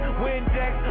windex